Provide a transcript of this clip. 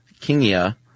Kingia